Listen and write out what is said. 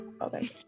okay